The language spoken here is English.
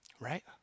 Right